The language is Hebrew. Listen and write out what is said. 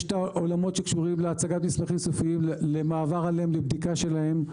יש את העולמות שקשורים להצגת --- למעבר עליהם ובדיקה שלהם.